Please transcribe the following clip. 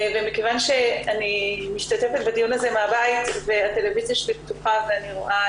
ומכיוון שאני משתתפת בדיון הזה מהבית והטלוויזיה שלי פתוחה ואני רואה